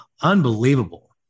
unbelievable